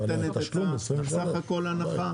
נותן את סה"כ ההנחה?